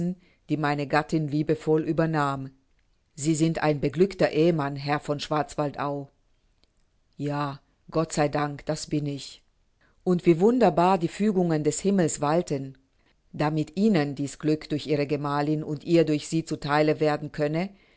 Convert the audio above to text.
die meine gattin liebevoll übernahm sie sind ein beglückter ehemann herr von schwarzwaldau ja gott sei dank das bin ich und wie wunderbar die fügungen des himmels walten damit ihnen dieß glück durch ihre gemalin und ihr durch sie zu theile werden könne